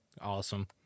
Awesome